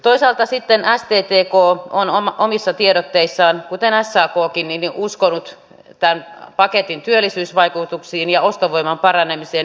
toisaalta sitten sttk on omissa tiedotteissaan kuten sakkin uskonut tämän paketin työllisyysvaikutuksiin ja ostovoiman paranemiseen